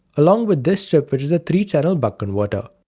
along with this chip which is a three channel buck converter.